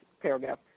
paragraph